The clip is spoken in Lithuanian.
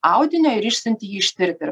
audinio ir išsiunti jį ištirt ir